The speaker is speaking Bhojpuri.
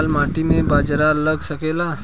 लाल माटी मे बाजरा लग सकेला?